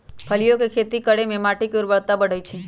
फलियों के खेती करे से माटी के ऊर्वरता बढ़ई छई